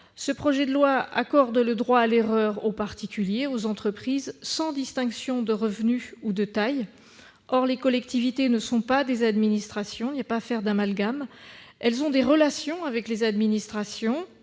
projet de loi accorde le droit à l'erreur aux particuliers, aux entreprises, sans distinction de revenus ou de taille. Les collectivités territoriales ne sont pas des administrations. Ne faisons pas l'amalgame ! Elles ont des relations avec les administrations